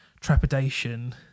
trepidation